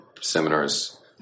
seminars